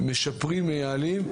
משפרים ומייעלים.